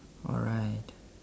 alright